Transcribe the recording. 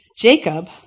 Jacob